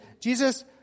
Jesus